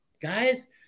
guys